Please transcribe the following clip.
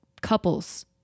couples